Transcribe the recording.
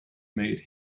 made